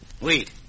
wait